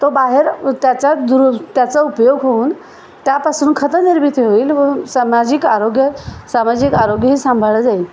तो बाहेर त्याचा दुरु त्याचा उपयोग होऊन त्यापासून खत निर्मिती होईल व सामाजिक आरोग्य सामाजिक आरोग्यही सांभाळ जाईल